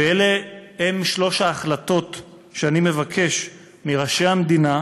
ואלה הן שלוש ההחלטות שאני מבקש מראשי המדינה,